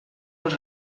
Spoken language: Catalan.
els